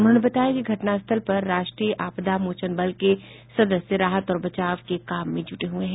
उन्होंने बताया कि घटनास्थल पर राष्ट्रीय आपदा मोचन बल के सदस्य राहत और बचाव के काम में जुटे हुए हैं